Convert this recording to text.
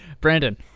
Brandon